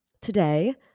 Today